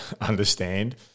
understand